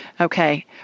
Okay